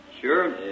Sure